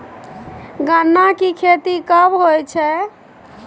गन्ना की खेती कब होय छै?